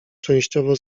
częściowo